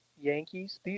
Yankees